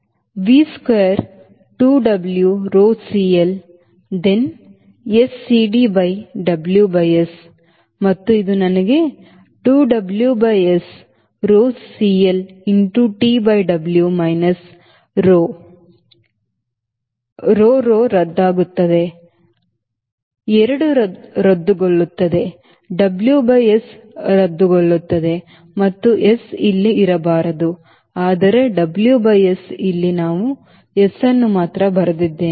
V square 2 W by rho CL then S CD by W by S ಮತ್ತು ಇದು ನನಗೆ 2 W by S rho CL into T by W minus rho rho ರದ್ದಾಗುತ್ತದೆ 2 ರದ್ದುಗೊಳ್ಳುತ್ತದೆ WSರದ್ದುಗೊಳ್ಳುತ್ತದೆ ಮತ್ತು Sಇಲ್ಲಿ ಇರಬಾರದು ಆದರೆ WS ಇಲ್ಲಿ ನಾವು S ಅನ್ನು ಮಾತ್ರ ಬರೆದಿದ್ದೇವೆ